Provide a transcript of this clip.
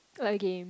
a game